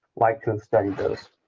like and studied those.